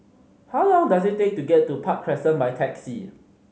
how long does it take to get to Park Crescent by taxi